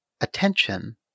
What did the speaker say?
attention